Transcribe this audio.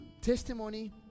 testimony